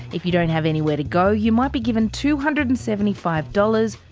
if you don't have anywhere to go, you might be given two hundred and seventy five dollars,